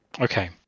Okay